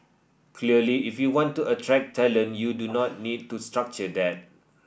clearly if you want to attract talent you do need to structure that